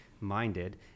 minded